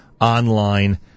online